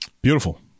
Beautiful